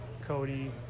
Cody